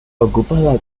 ocupada